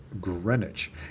Greenwich